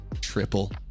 Triple